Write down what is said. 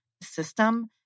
system